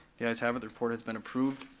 the ayes have it, the report has been approved,